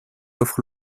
offre